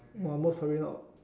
!wah! most probably not